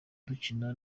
dukina